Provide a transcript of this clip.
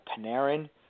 Panarin